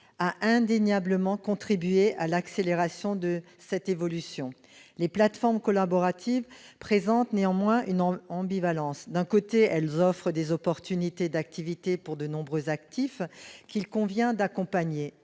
a indéniablement contribué à l'accélération de cette évolution. Les plateformes collaboratives présentent néanmoins une ambivalence : d'un côté, elles offrent des opportunités d'activité pour de nombreux actifs, qu'il convient d'accompagner